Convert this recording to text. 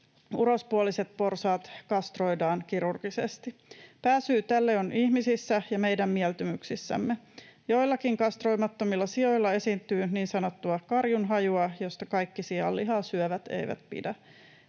urospuoliset porsaat kastroidaan kirurgisesti. Pääsyy tälle on ihmisissä ja meidän mieltymyksissämme. Joillakin kastroimattomilla sioilla esiintyy niin sanottua karjunhajua, josta kaikki sianlihaa syövät eivät pidä.